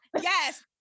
Yes